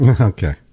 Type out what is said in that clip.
Okay